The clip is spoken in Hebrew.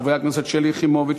חברי הכנסת שלי יחימוביץ,